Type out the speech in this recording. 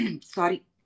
Sorry